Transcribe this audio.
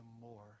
more